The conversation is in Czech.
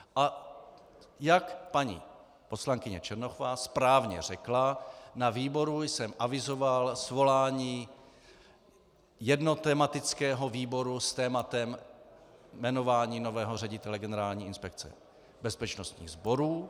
A jak paní poslankyně Černochová správně řekla, na výboru jsem avizoval svolání jednotematického výboru s tématem jmenování nového ředitele Generální inspekce bezpečnostních sborů.